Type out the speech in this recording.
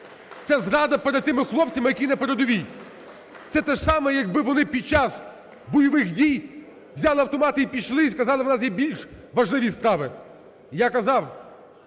Це зрада перед тими хлопцями, які на передовій! Це те саме, якби вони під час бойових дій взяти автомати і пішли, і сказали, у нас є більш важливі справи. Я казав,